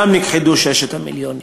שם נכחדו ששת המיליונים.